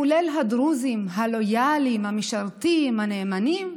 כולל הדרוזים הלויאליים, המשרתים, הנאמנים?